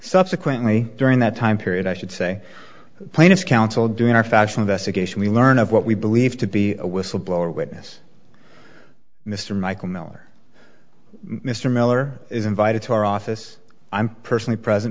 subsequently during that time period i should say plaintiff counsel during our fashion of this occasion we learn of what we believe to be a whistleblower witness mr michael miller mr miller is invited to our office i'm personally present